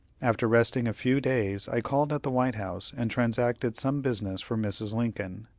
after resting a few days, i called at the white house, and transacted some business for mrs. lincoln.